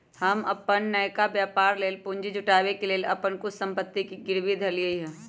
हम अप्पन नयका व्यापर लेल पूंजी जुटाबे के लेल अप्पन कुछ संपत्ति के गिरवी ध देलियइ ह